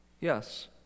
yes